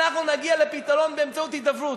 אנחנו נגיע לפתרון באמצעות הידברות.